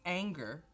anger